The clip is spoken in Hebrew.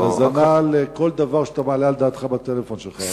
האזנה לכל דבר שאתה מעלה על דעתך בטלפון שלך.